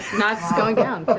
nott's going down but